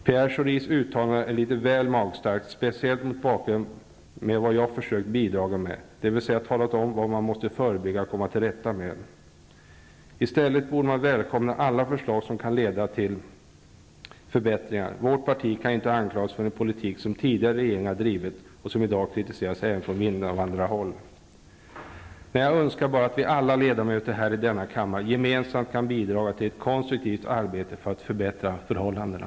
Pierre Schoris uttalande är litet väl magstarkt, speciellt mot bakgrund av vad jag försökt bidraga med, dvs. att jag har talat om vad man måste förebygga och komma till rätta med. I stället borde han välkomna alla förslag som kan leda till förbättringar. Vårt parti kan ju inte anklagas för den politik som tidigare regeringar drivit och som i dag kritiseras även från invandrarhåll. Nej, jag önskar bara att vi alla ledamöter här i denna kammare gemensamt kan bidraga till ett konstruktivt arbete för att förbättra förhållandena.